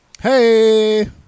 Hey